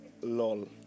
Lol